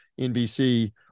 NBC